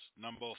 Number